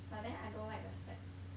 but then I don't like the stats